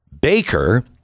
Baker